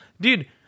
dude